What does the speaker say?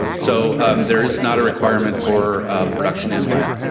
so there is not a requirement for production inlet.